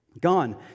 Gone